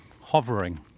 hovering